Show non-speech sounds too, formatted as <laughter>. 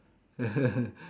<laughs>